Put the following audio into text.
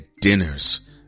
dinners